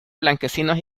blanquecinos